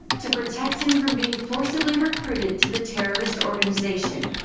to protect him from being forcibly recruited to the terrorist organization.